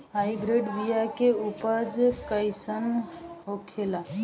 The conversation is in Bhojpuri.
हाइब्रिड बीया के उपज कैसन होखे ला?